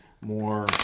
more